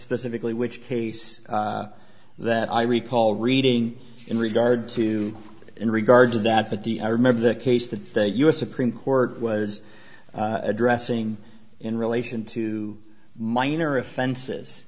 specifically which case that i recall reading in regard to in regard to that but the i remember the case the thirty u s supreme court was addressing in relation to minor offenses